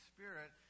Spirit